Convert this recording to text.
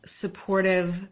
supportive